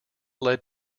led